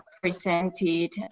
presented